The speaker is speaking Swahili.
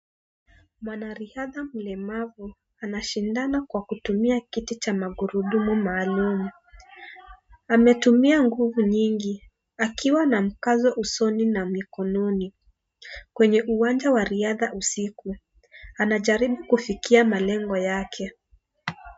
Mwanariadha mlemavu anashindana kwa kutumia kiti cha magurudumu maalum. Ametumia nguvu nyingi akiwa na mkazo usoni na mkononi, kwenye uwanja wa riadha usiku. Anajaribu kufikiwa malengo yake.